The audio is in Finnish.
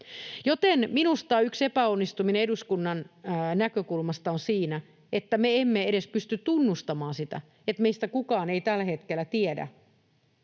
Joten minusta yksi epäonnistuminen eduskunnan näkökulmasta on siinä, että me emme edes pysty tunnustamaan sitä, että meistä kukaan ei tällä hetkellä tiedä,